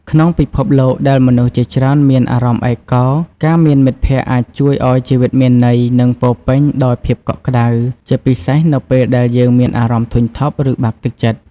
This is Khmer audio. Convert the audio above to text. ក្នុងពិភពលោកដែលមនុស្សជាច្រើនមានអារម្មណ៍ឯកោ ការមានមិត្តភក្តិអាចជួយឱ្យជីវិតមានន័យ និងពោរពេញដោយភាពកក់ក្តៅ ជាពិសេសនៅពេលដែលយើងមានអារម្មណ៍ធុញថប់ ឬបាក់ទឹកចិត្ត។